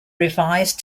revised